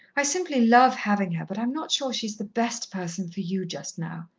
i simply love having her, but i'm not sure she is the best person for you, just now.